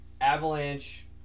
Avalanche